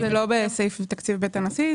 זה לא בסעיף תקציב בית הנשיא.